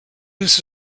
this